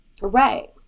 right